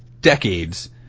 decades